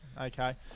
Okay